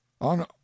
on